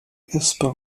essbar